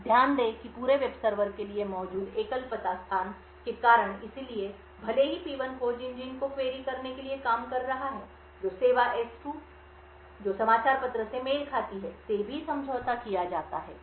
अब ध्यान दें कि पूरे वेब सर्वर के लिए मौजूद एकल पता स्थान के कारण इसलिए भले ही P1 खोज इंजन को क्वेरी करने के लिए काम कर रहा है जो सेवा S2 जो समाचार पत्र से मेल खाती है से भी समझौता किया जाता है